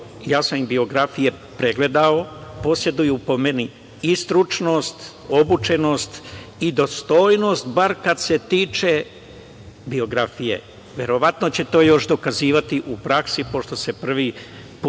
ja sam im biografije pregledao, poseduju, po meni, i stručnost, obučenost i dostojnost bar kad se tiče biografije, verovatno će to još dokazivati u praksi pošto se prvi put